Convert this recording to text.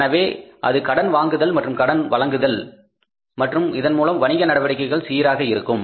எனவே அது கடன் வாங்குதல் மற்றும் கடன் வழங்குதல் மற்றும் அதன்மூலம் வணிக நடவடிக்கைகள் சீராக இருக்கும்